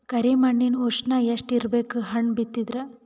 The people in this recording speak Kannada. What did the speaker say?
ಕರಿ ಮಣ್ಣಿನ ಉಷ್ಣ ಎಷ್ಟ ಇರಬೇಕು ಹಣ್ಣು ಬಿತ್ತಿದರ?